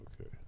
Okay